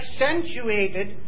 accentuated